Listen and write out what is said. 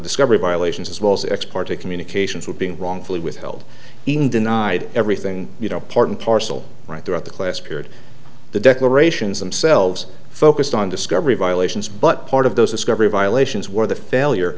discovery violations as well as ex parte communications were being wrongfully withheld being denied everything you know part and parcel right throughout the class period the declarations themselves focused on discovery violations but part of those discovery violations were the failure